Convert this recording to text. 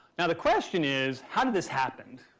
now the question is how did this happen.